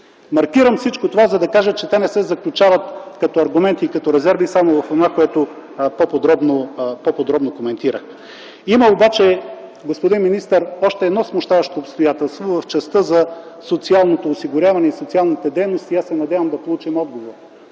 Маркирам всичко това, за да кажа, че те не се заключават като аргументи и като резерви само в онова, което по-подробно коментирах. Има обаче, господин министър, още едно смущаващо обстоятелство в частта за социалното осигуряване и социалните дейности. Аз се надявам да получим отговор